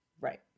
Right